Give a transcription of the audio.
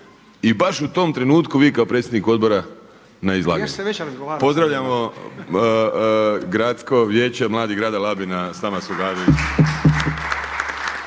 i baš u tom trenutku vi kao predsjednik odbora na izlaganju. Pozdravljamo Gradsko vijeće mladih grada Labina s nama u su